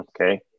Okay